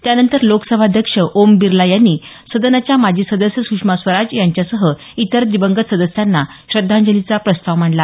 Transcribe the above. त्यानंतर लोकसभाध्यक्ष ओम बिर्ला यांनी सदनाच्या माजी सदस्य सुषमा स्वराज यांच्यासह इतर दिवंगत सदस्यांना श्रद्धांजलीचा प्रस्ताव मांडला